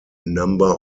number